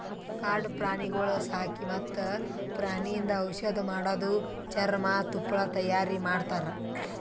ಕಾಡು ಪ್ರಾಣಿಗೊಳ್ ಸಾಕಿ ಮತ್ತ್ ಪ್ರಾಣಿಯಿಂದ್ ಔಷಧ್ ಮಾಡದು, ಚರ್ಮ, ತುಪ್ಪಳ ತೈಯಾರಿ ಮಾಡ್ತಾರ